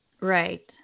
Right